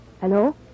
Hello